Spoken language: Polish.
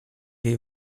jej